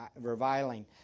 reviling